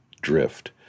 drift